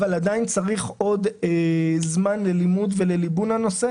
אבל עדיין צריך עוד זמן ללימוד ולליבון הנושא.